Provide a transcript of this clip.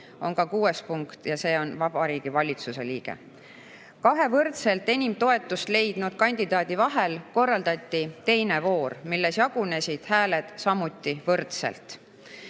On ka kuues punkt: Vabariigi Valitsuse liige. Kahe võrdselt enim toetust leidnud kandidaadi vahel korraldati teine voor, milles jagunesid hääled samuti võrdselt.